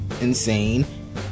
insane